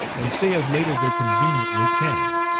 and stay as late as they conveniently can.